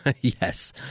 Yes